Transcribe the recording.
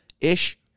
ish